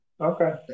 Okay